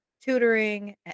tutoring